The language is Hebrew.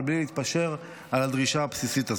אבל בלי להתפשר על הדרישה הבסיסית הזו.